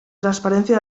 transparencia